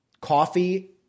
coffee